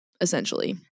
essentially